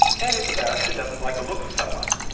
and if a barrister doesn't like the look of someone,